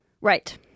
Right